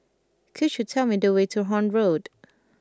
could you tell me the way to Horne Road